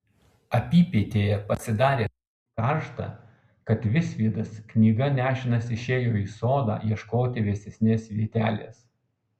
apypietėje pasidarė taip karšta kad visvydas knyga nešinas išėjo į sodą ieškoti vėsesnės vietelės